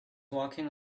walking